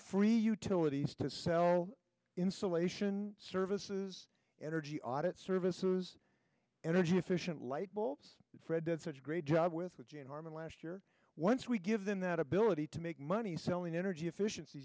free utilities to sell insulation services energy audit services energy efficient light bulbs fred that's such a great job with what jane harman last year once we give them that ability to make money selling energy efficiency